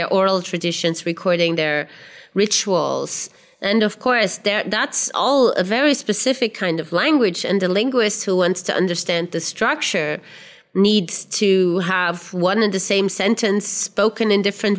their oral traditions recording their rituals and of course there that's all a very specific kind of language and the linguist who wants to understand the structure needs to have one in the same sentence spoken in different